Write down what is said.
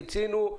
מיצינו.